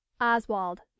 Oswald